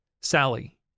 Sally